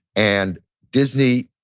and disney,